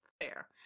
Fair